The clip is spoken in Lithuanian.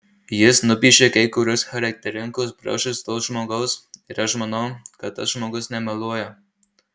jis nupiešė kai kuriuos charakteringus bruožus to žmogaus ir aš manau kad tas žmogus nemeluoja